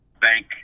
Bank